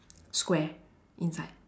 square inside